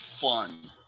fun